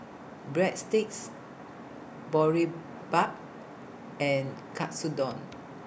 Breadsticks Boribap and Katsudon